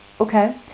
Okay